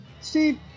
Steve